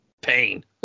Pain